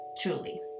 truly